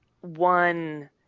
one